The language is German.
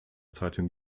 zeitung